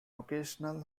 occasional